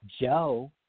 Joe